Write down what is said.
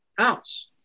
ounce